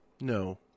No